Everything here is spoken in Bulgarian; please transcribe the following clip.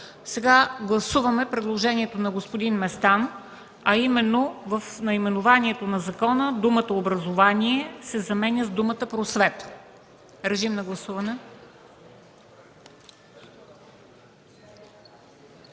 Сега гласуваме предложението на господин Местан, а именно в наименованието на закона думата „образование” се заменя с думата „просвета”. Режим на гласуване.